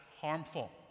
harmful